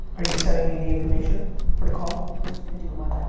are you sending me the information for the call? we're just gonna do it,